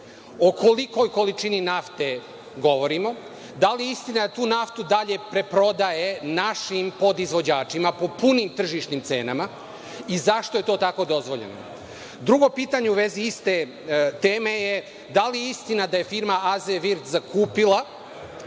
O kolikoj količini nafte govorimo? Da li je istina da tu naftu dalje preprodaje našim podizvođačima pod punim tržišnim cenama i zašto je to tako dozvoljeno? Drugo pitanje u vezi iste teme je - da li je istina da je firma „Azevirt“ zakupila